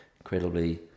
incredibly